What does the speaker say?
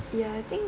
ya I think